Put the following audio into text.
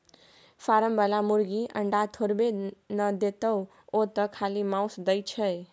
form बला मुरगी अंडा थोड़बै न देतोउ ओ तँ खाली माउस दै छै